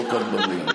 לא כאן במליאה.